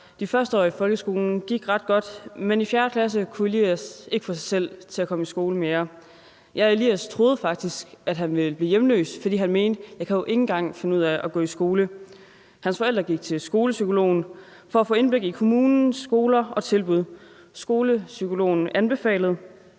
De første år i folkeskolen gik ret godt, men i 4. klasse kunne Elias ikke få sig selv til at komme i skole mere. Ja, Elias troede faktisk, at han ville blive hjemløs, for som han sagde: Jeg kan jo ikke engang finde ud af at gå i skole. Hans forældre gik til skolepsykologen for at få indblik i kommunens skoler og tilbud. Skolepsykologen anbefalede,